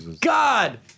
God